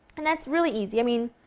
and that's really easy, i mean,